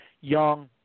Young